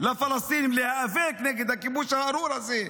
לפלסטינים להיאבק נגד הכיבוש הארור הזה.